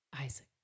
Isaac